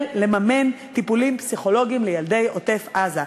לממן טיפולים פסיכולוגיים לילדי עוטף-עזה.